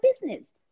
business